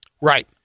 Right